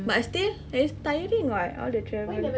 but still it's tiring [what] all the travel